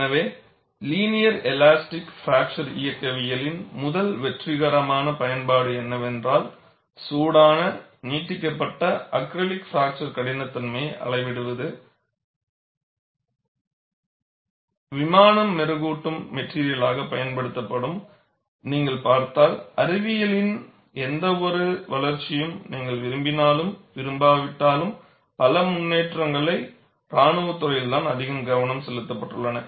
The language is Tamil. எனவே லினியர் எலாஸ்டிக் பிராக்சர் இயக்கவியலின் முதல் வெற்றிகரமான பயன்பாடு என்னவென்றால் சூடான நீட்டிக்கப்பட்ட அக்ரிலிக் பிராக்சர் கடினத்தன்மையை அளவிடுவது விமானம் மெருகூட்டும் மெட்டிரியலாகப் பயன்படுத்தப்படும் நீங்கள் பார்த்தால் அறிவியலின் எந்தவொரு வளர்ச்சியும் நீங்கள் விரும்பினாலும் விரும்பாவிட்டாலும் பல முன்னேற்றங்கள் இராணுவத் துறையில் தான் அதிக கவனம் செலுத்தப்பட்டன